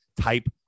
type